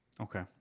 okay